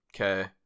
Okay